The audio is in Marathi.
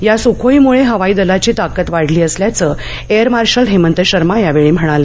या सुखोईमुळे हवाई दलाची ताकद वाढली असल्याचं एअर मार्शल हेमंत शर्मा यावेळी म्हणाले